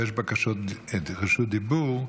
אבל יש בקשות רשות דיבור.